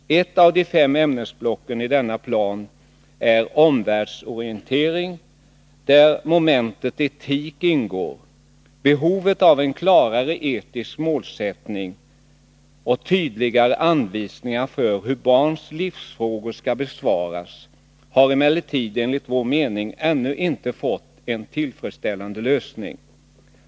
Ett av de fem ämnesblocken i denna plan är omvärldsorientering, där momentet etik ingår. Frågan om behovet av en klarare etisk målsättning och tydligare anvisningar för hur barns livsfrågor skall besvaras har emellertid enligt vår mening ännu inte fått en tillfredsställande lösning.